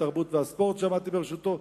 התרבות והספורט שעמדתי בראשותו.